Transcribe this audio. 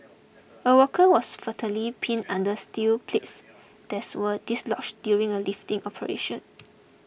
a worker was fatally pinned under steel plates that's were dislodged during a lifting operation